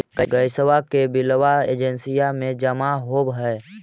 गैसवा के बिलवा एजेंसिया मे जमा होव है?